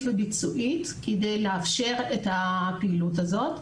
וביצועית כדי לאפשר את הפעילות הזאת.